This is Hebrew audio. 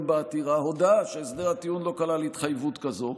בעתירה הודה שהסדר הטיעון לא כלל התחייבות כזו,